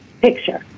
picture